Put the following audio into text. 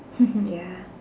ya